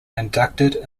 inducted